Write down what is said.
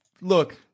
look